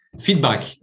feedback